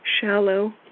shallow